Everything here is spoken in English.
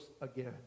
again